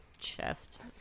chest